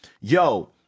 yo